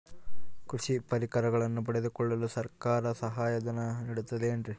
ಕೃಷಿ ಪರಿಕರಗಳನ್ನು ಪಡೆದುಕೊಳ್ಳಲು ಸರ್ಕಾರ ಸಹಾಯಧನ ನೇಡುತ್ತದೆ ಏನ್ರಿ?